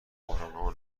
بحرانها